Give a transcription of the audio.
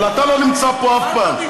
זה כן, אבל אתה לא נמצא פה אף פעם.